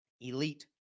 Elite